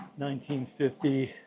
1950